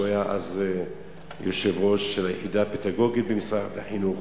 שהיה אז יושב-ראש היחידה הפדגוגית במשרד החינוך.